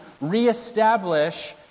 reestablish